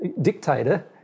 dictator